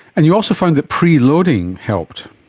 and you also found that preloading helped.